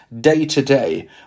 day-to-day